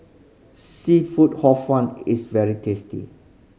seafood Hor Fun is very tasty